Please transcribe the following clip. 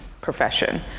profession